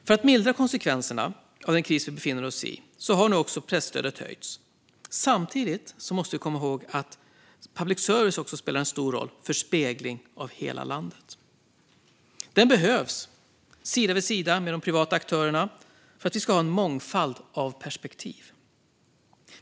För att mildra konsekvenserna av den kris vi befinner oss i har presstödet höjts. Samtidigt måste vi komma ihåg att public service spelar en stor roll för spegling av hela landet. Den behövs, sida vid sida med de privata aktörerna, för att vi ska ha en mångfald av perspektiv.